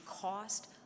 cost